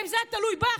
גם אם זה היה תלוי בך,